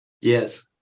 Yes